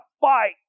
fight